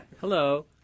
Hello